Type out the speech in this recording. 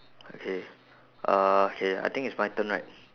okay uh K I think it's my turn right